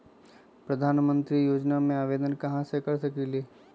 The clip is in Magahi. प्रधानमंत्री योजना में आवेदन कहा से कर सकेली?